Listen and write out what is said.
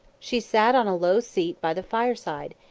she sat on a low seat by the fire-side,